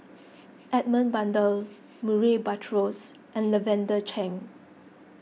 Edmund Blundell Murray Buttrose and Lavender Chang